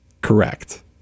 correct